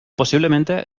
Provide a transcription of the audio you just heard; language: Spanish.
posiblemente